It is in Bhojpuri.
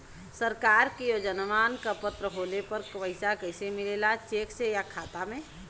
सरकार के योजनावन क पात्र होले पर पैसा कइसे मिले ला चेक से या खाता मे?